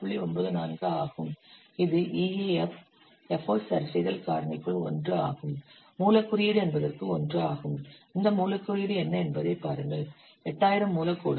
94 ஆகும் இது EAF effort சரிசெய்தல் காரணிக்குள் 1 ஆகும் மூலக் குறியீடு என்பதற்கு 1 ஆகும் இந்த மூலக் குறியீடு என்ன என்பதைப் பாருங்கள் 8000 மூல கோடுகள்